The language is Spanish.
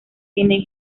tienen